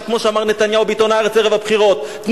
את הטילים ומעיפים אותם על באר-שבע ועל אשדוד,